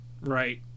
Right